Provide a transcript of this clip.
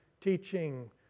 teaching